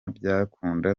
byakunda